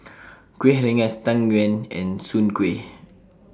Kuih Rengas Tang Yuen and Soon Kuih